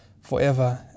forever